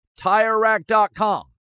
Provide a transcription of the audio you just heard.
TireRack.com